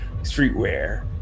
streetwear